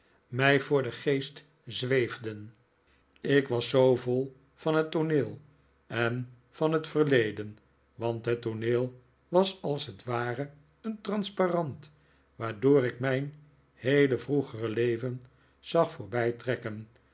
mij voor den geest zweefden ik was zoo vol van het tooneel en van het verleden want het tooneel was als het ware een transparant wadrdoor ikmijn heele vroegere leven zag